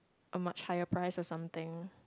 much higher price or something